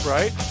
Right